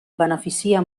beneficia